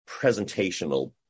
presentational